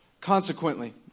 consequently